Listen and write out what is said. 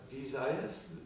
desires